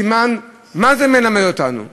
מה זה מלמד אותנו?